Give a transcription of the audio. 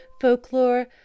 folklore